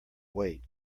weight